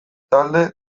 talde